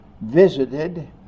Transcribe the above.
visited